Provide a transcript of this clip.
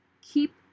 Keep